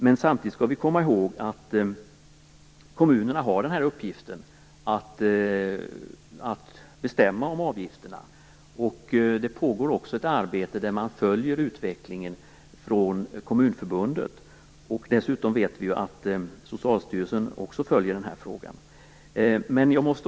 Men samtidigt skall man komma ihåg att kommunerna har uppgiften att bestämma om avgifterna. I Kommunförbundet pågår också ett arbete med att följa utvecklingen. Dessutom vet vi att Socialstyrelsen också följer frågan.